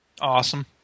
Awesome